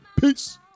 Peace